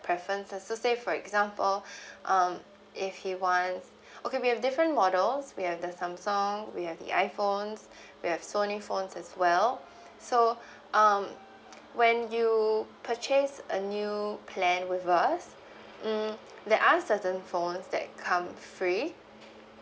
preferences so say for example um if he wants okay we have different models we have the Samsung we have the iPhones we have Sony phones as well so um when you purchase a new plan with us mm there are certain phones that come free